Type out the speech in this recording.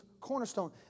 cornerstone